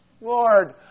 Lord